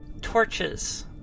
Torches